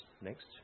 next